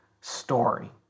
story